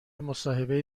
مصاحبه